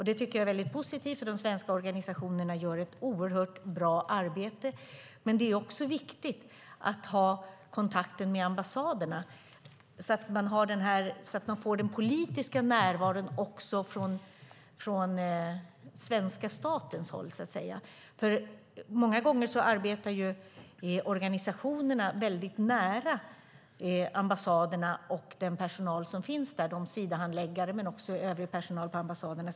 Det tycker jag är mycket positivt, för de svenska organisationerna gör ett oerhört bra arbete. Men det är också viktigt att ha kontakter med ambassaderna, så att man får den politiska närvaron också från svenska statens håll. Många gånger arbetar ju organisationerna mycket nära ambassaderna och den personal som finns där: Sidahandläggare men också övrig personal på ambassaden.